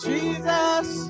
Jesus